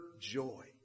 joy